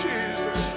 Jesus